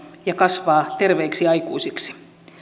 ja kasvaa terveiksi aikuisiksi